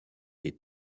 des